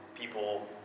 people